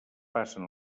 passen